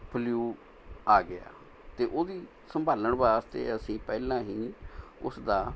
flu ਆ ਗਿਆ ਅਤੇ ਉਹਦੀ ਸੰਭਾਲਣ ਵਾਸਤੇ ਅਸੀਂ ਪਹਿਲਾਂ ਹੀ ਉਸਦਾ